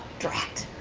drat.